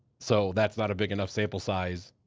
so that's not a big enough sample size.